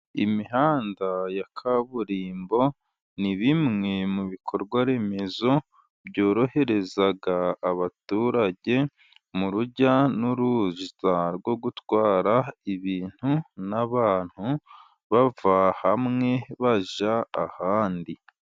Imihanda ya kaburimbo, ni bimwe mu bikorwa remezo byorohereza abaturage, mu rujya n'uruza rwo gutwara ibintu n'abantu biva hamwe bijya ahandi.